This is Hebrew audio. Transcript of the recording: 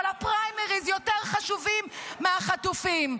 אבל הפריימריז חשובים יותר מהחטופים.